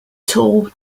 tall